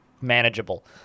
manageable